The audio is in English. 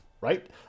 Right